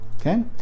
Okay